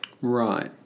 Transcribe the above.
Right